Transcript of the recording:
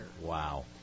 Wow